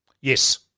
Yes